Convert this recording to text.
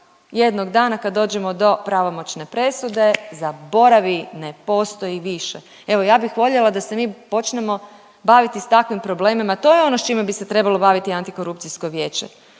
jednog dana kad dođemo do pravomoćne presude zaboravi, ne postoji više. Evo ja bih voljela da se mi počnemo baviti s takvim problema, to je ono s čime bi se trebalo baviti Antikorupcijsko vijeće